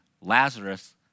Lazarus